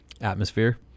Atmosphere